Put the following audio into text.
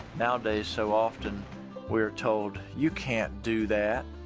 nowadays, so often we are told, you can't do that.